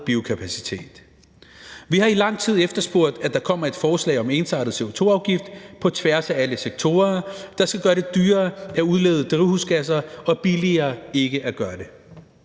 Vi har i lang tid efterspurgt, at der kommer et forslag om ensartet CO2-afgift på tværs af alle sektorer, der skal gøre det dyrere at udlede drivhusgasser og billigere ikke at gøre det.